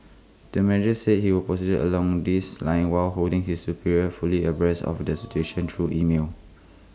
the manager said he will proceeded along these lines while holding his superiors fully abreast of the situation through email